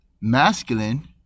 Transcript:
masculine